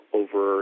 over